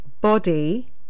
body